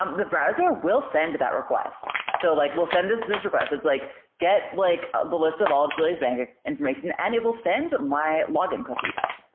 um the browser will send that request. so like we'll send this this request. it's like get like ah the list of um of julia's bank information and it will send my log-in cookies.